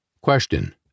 Question